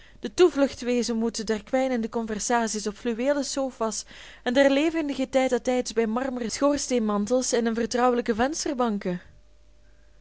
de toevlucht wezen moet der kwijnende conversaties op fluweelen sofa's en der levendige tête a têtes bij marmeren schoorsteenmantels en in vertrouwelijke vensterbanken